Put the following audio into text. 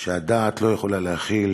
שהדעת לא יכולה להכיל,